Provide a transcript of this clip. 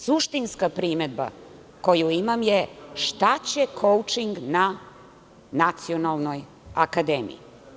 Suštinska primedba koju imam je šta će „koučing“ na nacionalnoj akademiji?